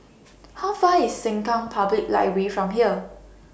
How Far IS Sengkang Public Library from here